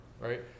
right